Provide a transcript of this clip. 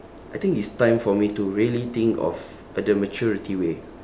I think it's time for me to really think of uh the maturity way